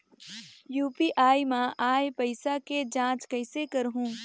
UPI मा आय पइसा के जांच कइसे करहूं?